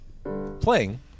Playing